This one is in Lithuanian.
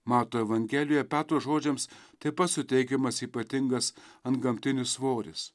mato evangelijoje petro žodžiams taip pat suteikiamas ypatingas antgamtinis svoris